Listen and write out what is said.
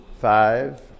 Five